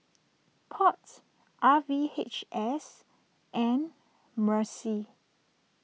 Pots R V H S and Mccy